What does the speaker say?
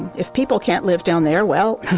if people can't live down there, well,